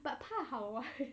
but 怕好 [what]